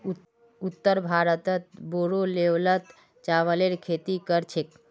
उत्तर भारतत बोरो लेवलत चावलेर खेती कर छेक